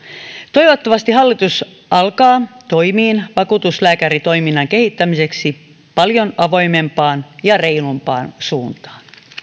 toivottavasti hallitus alkaa toimiin vakuutuslääkäritoiminnan kehittämiseksi paljon avoimempaan ja reilumpaan suuntaan